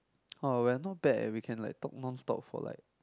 !wah! we are not bad eh we can like talk non stop for like